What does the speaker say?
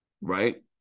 right